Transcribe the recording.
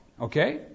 okay